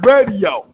Radio